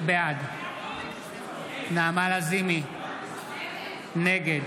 בעד נעמה לזימי, נגד